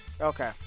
Okay